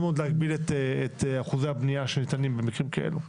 מאוד להגביל את אחוזי הבנייה שניתנים במקרים כאלה.